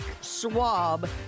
swab